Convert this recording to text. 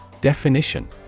Definition